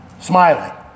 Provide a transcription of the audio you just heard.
Smiling